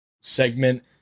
segment